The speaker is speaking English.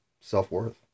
self-worth